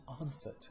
answered